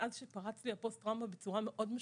מאז שפרצה לי הפוסט טראומה בצורה מאוד משמעותית,